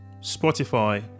Spotify